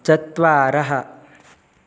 चत्वारः